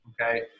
okay